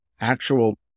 actual